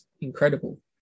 incredible